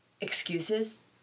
excuses